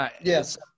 yes